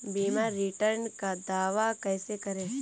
बीमा रिटर्न का दावा कैसे करें?